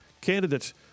candidates